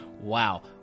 Wow